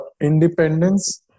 independence